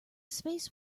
space